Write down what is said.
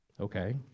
Okay